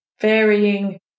varying